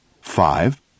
five